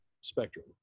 spectrum